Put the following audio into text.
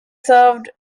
served